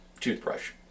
toothbrush